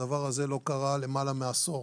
הדבר הזה לא קרה למעלה מעשור,